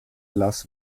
las